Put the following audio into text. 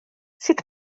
sut